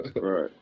Right